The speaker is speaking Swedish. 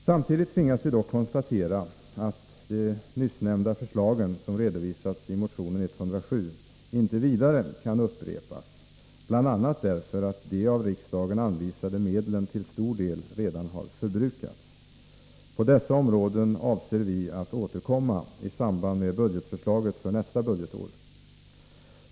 Samtidigt tvingas vi dock konstatera att de nyss nämnda förslagen inte utan vidare kan upprepas, bl.a. därför att de av riksdagen anvisade medlen till stor del redan har förbrukats. På dessa punkter avser vi att återkomma i samband med budgetförslaget för nästa budgetår.